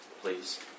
please